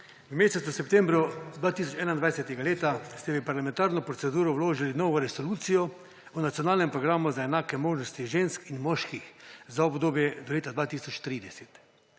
v mesecu septembru 2021 ste v parlamentarno proceduro vložili novo resolucijo o nacionalnem programu za enake možnosti žensk in moških za obdobje do leta 2030.